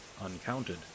Uncounted